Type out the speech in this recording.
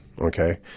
okay